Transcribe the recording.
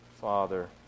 Father